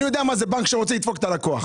אני יודע מה זה בנק שרוצה לדפוק את הלקוח.